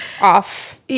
off